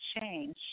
Change